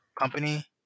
Company